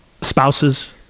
spouses